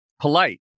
polite